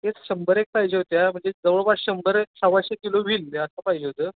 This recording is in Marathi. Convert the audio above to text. एक शंभर एक पाहिजे होत्या म्हणजे जवळपास शंभर एक सव्वाशे किलो होईल द्या असं पाहिजे होतं